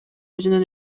өзүнүн